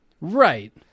Right